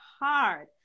hard